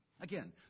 Again